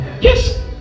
yes